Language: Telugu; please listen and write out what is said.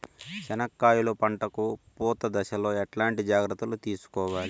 చెనక్కాయలు పంట కు పూత దశలో ఎట్లాంటి జాగ్రత్తలు తీసుకోవాలి?